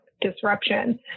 disruption